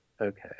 Okay